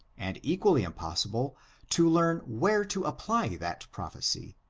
and equally impossible to learn where to apply that pro phesy,